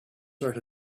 sort